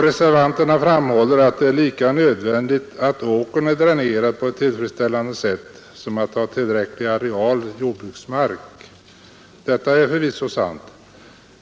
Reservanterna framhåller att det är lika nödvändigt att åkern är dränerad på ett tillfredsställande sätt som att ha tillräcklig areal jordbruksmark. Detta är förvisso sant.